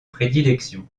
prédilection